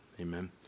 Amen